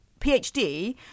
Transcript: PhD